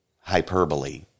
hyperbole